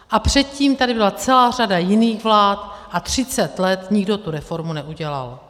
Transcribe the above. A předtím tady byla celá řada jiných vlád a třicet let nikdo tu reformu neudělal.